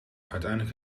uiteindelijk